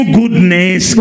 goodness